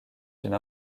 une